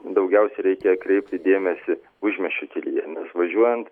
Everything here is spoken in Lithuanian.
daugiausiai reikia kreipti dėmesį užmiesčio kelyje nes važiuojant